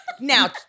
Now